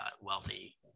wealthy